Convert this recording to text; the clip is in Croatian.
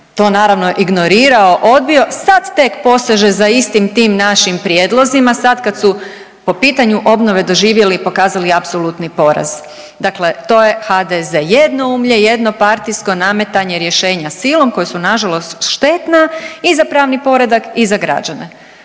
to naravno, ignorirao, odbio. Sad tek poseže za istim tim našim prijedlozima, sad kad su po pitanju obnove doživjeli i pokazali apsolutni poraz. Dakle to je HDZ. Jednoumlje, jednopartijsko nametanje, rješenja silom koja su nažalost štetna i za pravni poredak i za građane,